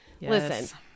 listen